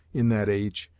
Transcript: in that age,